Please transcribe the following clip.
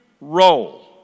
role